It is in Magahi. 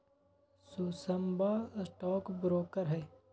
सुषमवा स्टॉक ब्रोकर हई